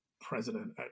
president